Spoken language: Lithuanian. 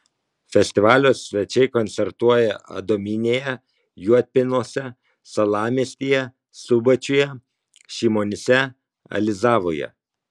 festivalio svečiai koncertuoja adomynėje juodpėnuose salamiestyje subačiuje šimonyse alizavoje